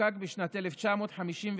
שחוקק בשנת 1953,